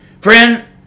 Friend